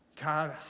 God